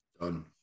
Done